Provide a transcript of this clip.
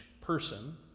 person